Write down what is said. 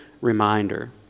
reminder